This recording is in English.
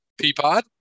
Peapod